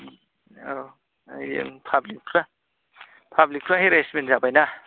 औ ओइ जों पाब्लिकफ्रा पाब्लिकफ्रा हेरेसमेन्ट जाबायना